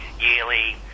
yearly